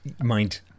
Mind